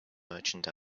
merchant